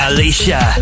Alicia